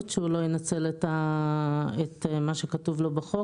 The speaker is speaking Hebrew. שהוא לא ינצל את מה שכתוב לו בחוק,